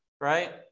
right